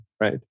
right